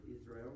Israel